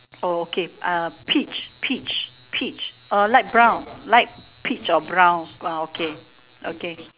oh okay peach peach peach light brown light peach or brown okay okay